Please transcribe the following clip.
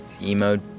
emo